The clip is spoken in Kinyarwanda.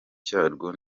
cyarwo